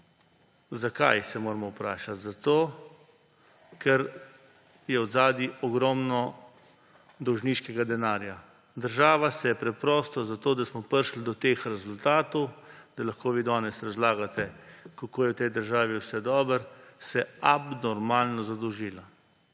vendar se moramo vprašati, zakaj. Zato ker je zadaj ogromno dolžniškega denarja. Država se je preprosto, zato da smo prišli do teh rezultatov, da lahko vi danes razlagate, kako je v tej državi vse dobro, abnormalno zadolžila.